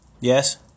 Yes